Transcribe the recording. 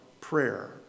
prayer